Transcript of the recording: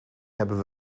hebben